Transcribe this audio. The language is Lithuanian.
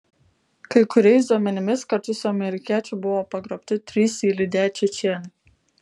kai kuriais duomenimis kartu su amerikiečiu buvo pagrobti trys jį lydėję čečėnai